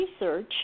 Research